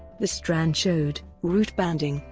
the strand showed root-banding,